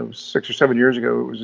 um six or seven years ago,